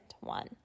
one